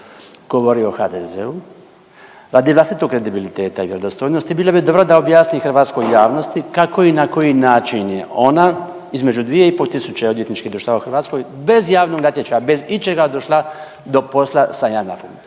govori o HDZ-u radi vlastitog kredibiliteta i vjerodostojnosti da objasni hrvatskoj javnosti kako i na koji način je onda između 2 i pol tisuće odvjetničkih društava u Hrvatskoj bez javnog natječaja, bez ičega došla do posla sa JANAF-om.